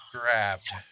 grabbed